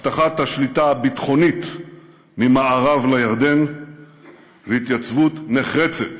הבטחת השליטה הביטחונית ממערב לירדן והתייצבות נחרצת